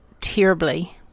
terribly